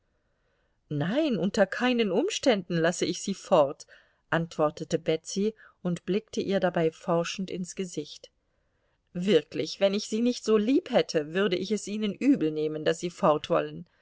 nein unter keinen umständen lasse ich sie fort antwortete betsy und blickte ihr dabei forschend ins gesicht wirklich wenn ich sie nicht so lieb hätte würde ich es ihnen übelnehmen daß sie fort wollen